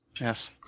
Yes